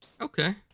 Okay